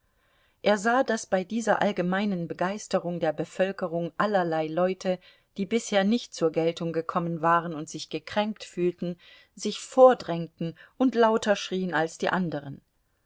er sah daß bei dieser allgemeinen begeisterung der bevölkerung allerlei leute die bisher nicht zur geltung gekommen waren und sich gekränkt fühlten sich vordrängten und lauter schrien als die anderen